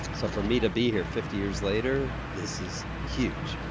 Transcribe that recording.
so for me to be here, fifty years later, this is huge.